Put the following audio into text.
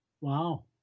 Wow